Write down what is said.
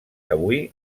avui